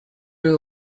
you